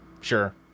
Sure